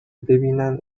ببینن